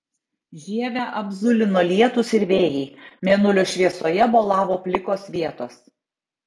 žievę apzulino lietūs ir vėjai mėnulio šviesoje bolavo plikos vietos